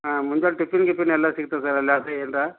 ಹಾಂ ಮುಂಜಾನೆ ಟಿಫಿನ್ ಗಿಫಿನ್ ಎಲ್ಲ ಸಿಗ್ತದ್ಯಾ ಎಲ್ಲ ಫ್ರೀಯಿಂದ